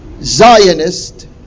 Zionist